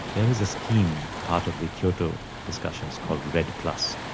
there is a scheme, part of the kyoto discussions, called redd-plus,